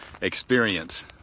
experience